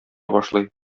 башлый